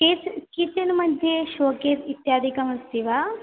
catch kitchen मध्ये showcase इत्यादिकमस्ति वा